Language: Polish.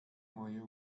moje